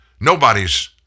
Nobody's